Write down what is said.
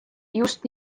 just